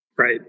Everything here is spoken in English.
Right